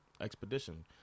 expedition